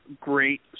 great